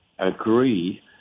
agree